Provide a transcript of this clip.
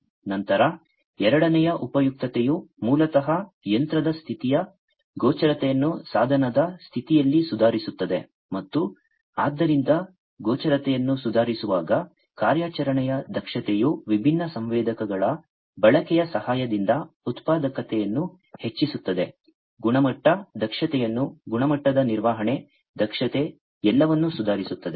ನಂತರ ಎರಡನೇ ಉಪಯುಕ್ತತೆಯು ಮೂಲತಃ ಯಂತ್ರದ ಸ್ಥಿತಿಯ ಗೋಚರತೆಯನ್ನು ಸಾಧನದ ಸ್ಥಿತಿಯಲ್ಲಿ ಸುಧಾರಿಸುತ್ತದೆ ಮತ್ತು ಆದ್ದರಿಂದ ಗೋಚರತೆಯನ್ನು ಸುಧಾರಿಸುವಾಗ ಕಾರ್ಯಾಚರಣೆಯ ದಕ್ಷತೆಯು ವಿಭಿನ್ನ ಸಂವೇದಕಗಳ ಬಳಕೆಯ ಸಹಾಯದಿಂದ ಉತ್ಪಾದಕತೆಯನ್ನು ಹೆಚ್ಚಿಸುತ್ತದೆ ಗುಣಮಟ್ಟ ದಕ್ಷತೆಯನ್ನು ಗುಣಮಟ್ಟದ ನಿರ್ವಹಣೆ ದಕ್ಷತೆ ಎಲ್ಲವನ್ನು ಸುಧಾರಿಸುತ್ತದೆ